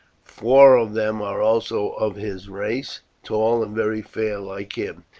four of them are also of his race, tall and very fair like him.